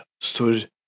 stood